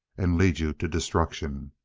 and lead you to destruction.